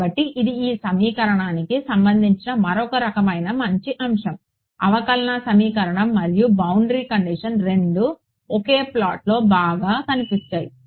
కాబట్టి ఇది ఈ సమీకరణానికి సంబంధించిన మరొక రకమైన మంచి అంశం అవకలన సమీకరణం మరియు బౌండరీ కండిషన్లు రెండూ ఒకే షాట్లో బాగా కనిపించాయి